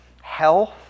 health